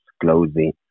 clothing